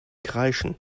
kreischen